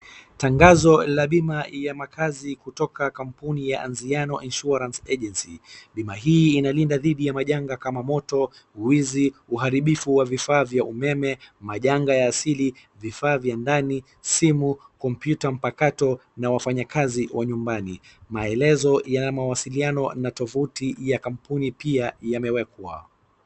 tangazo la bima ya makazi kutoka kampuni ya Anziano insuarance agency .Bima hii inalinda dhidi ya majanga kama moto, wizi ,uharibifu wa vifaa vyaa umeme ,majanga ya asili , vifaa vya ndani ,simu ,kompyuta ,mpakato kwenye na wafanyakazi wa nyumbani maelezo ya mawasiliano na tovuti pia ya kampuni yamewekwa